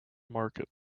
market